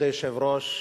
כבוד היושב-ראש,